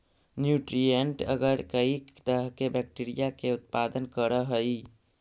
nutrient एगर कईक तरह के बैक्टीरिया के उत्पादन करऽ हइ